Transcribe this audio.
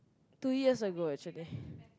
two years ago actually